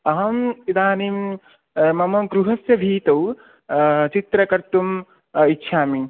अहम् इदानीं मम गृहस्य वीतौ चित्रं कर्तुम् इच्छामि